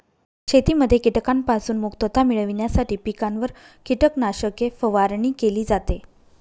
शेतीमध्ये कीटकांपासून मुक्तता मिळविण्यासाठी पिकांवर कीटकनाशके फवारणी केली जाते